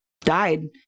died